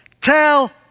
Tell